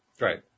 right